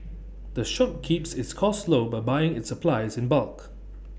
the shop keeps its costs low by buying its supplies in bulk